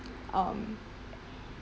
um